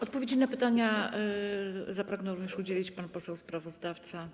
Odpowiedzi na pytania zapragnął również udzielić pan poseł sprawozdawca.